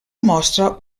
mostra